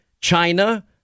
China